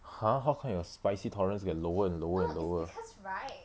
!huh! how come your spicy tolerance get lower and lower and lower